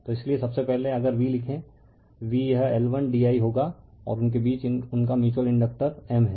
तो इसीलिए सबसे पहले अगर v लिखें v यह L1d I होगा और उनके बीच उनका म्यूच्यूअल इंडकटर M है